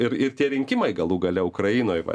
ir ir tie rinkimai galų gale ukrainoj vat